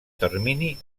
termini